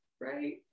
right